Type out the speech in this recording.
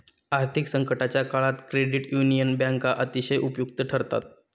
आर्थिक संकटाच्या काळात क्रेडिट युनियन बँका अतिशय उपयुक्त ठरतात